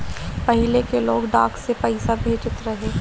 पहिले के लोग डाक से पईसा भेजत रहे